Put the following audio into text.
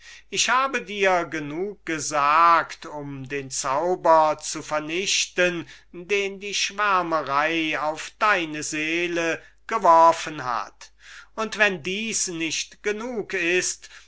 ich habe dir genug gesagt um den zauber zu vernichten den die schwärmerei auf deine seele gelegt hat und wenn dieses nicht genug ist